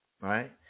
right